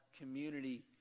community